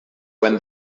when